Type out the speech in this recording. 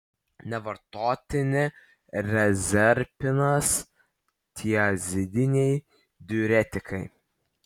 nevartotini rezerpinas tiazidiniai diuretikai